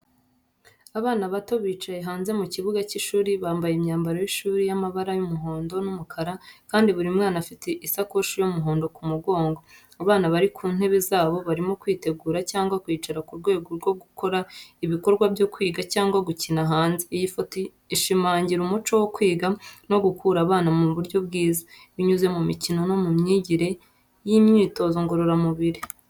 Abana bato bicaye hanze mu kibuga cy’ishuri, bambaye imyambaro y’ishuri y’amabara y’umuhondo n’umukara, kandi buri mwana afite isakoshi y’umuhondo ku mugongo. Abana bari ku ntebe zabo, barimo kwitegura cyangwa kwicara mu rwego rwo gukora ibikorwa byo kwiga cyangwa gukina hanze. Iyi foto ishimangira umuco wo kwiga no gukura abana mu buryo bwiza, binyuze mu mikino no mu myigire y’imyitozo ngororamubiri.